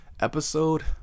episode